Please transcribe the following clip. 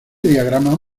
diagrama